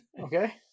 okay